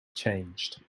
changed